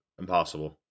Impossible